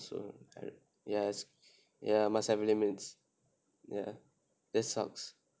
so yes ya must have limits ya ya that sucks